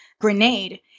grenade